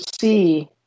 see